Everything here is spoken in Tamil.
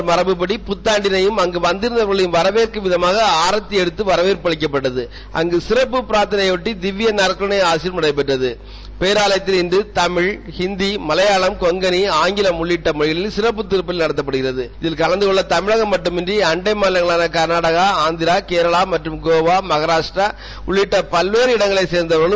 தமிழர் மாபுபடி புத்தாண்டினையும் அங்கு வந்திருந்தவர்களையும் வரவேற்கும் விதமாக ஆர்த்தி எடுக்கப்பட்டு வரவேற்பு அளிக்கப்பட்டது சிறப்பு பிரார்த்தனையையொட்டி தில்யநற்கருணை ஆசிரும் நடைபெற்றது பேராவயத்தில் இன்று தமிழ் இந்தி மலையாளம் கொங்கனி ஆங்கிலம் உள்ளிட்ட மொழிகளில் சிறப்பு திருப்பலி நடத்தப்படுகிறது இதில் கலந்து கொள்ள தமிழகம் மட்டுமன்றி அண்டை மாநிலங்களான கர்நாடகா ஆம்திரா கேரளா மற்றம் கோவா மகாராஷ்ட்ரா உள்ளிட்ட மாநிலங்களைச் சேர்ந்தவர்களும்